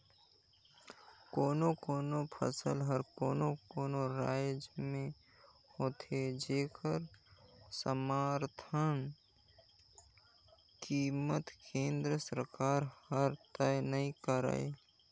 कोनो कोनो फसल हर कोनो कोनो रायज में होथे जेखर समरथन कीमत केंद्र सरकार हर तय नइ करय